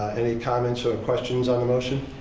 any comments or questions on the motion?